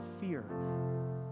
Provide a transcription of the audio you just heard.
fear